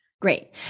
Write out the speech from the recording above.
Great